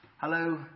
Hello